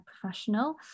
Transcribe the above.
professional